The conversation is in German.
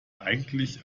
eigentlich